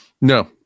no